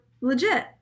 legit